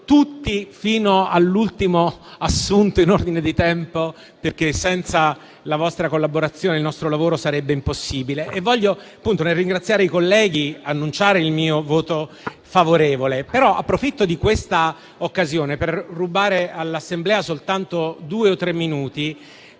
tutti, fino all'ultimo assunto in ordine di tempo, perché senza la vostra collaborazione il nostro lavoro sarebbe impossibile. Nel ringraziare i colleghi, annuncio il mio voto favorevole. Approfitto di questa occasione per rubare all'Assemblea soltanto due o tre minuti,